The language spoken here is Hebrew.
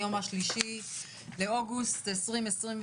היום ה-3 באוגוסט 2021,